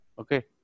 okay